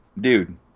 dude